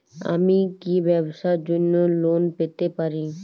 আমি কি ব্যবসার জন্য লোন পেতে পারি?